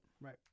Right